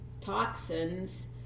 toxins